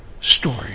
story